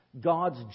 God's